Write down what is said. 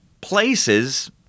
places